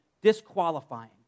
disqualifying